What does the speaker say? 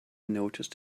noticed